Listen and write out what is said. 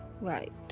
right